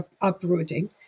uprooting